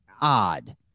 odd